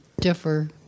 differ